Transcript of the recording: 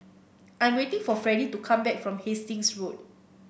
I'm waiting for Freddy to come back from Hastings Road